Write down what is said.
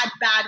bad